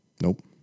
Nope